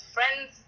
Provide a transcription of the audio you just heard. Friends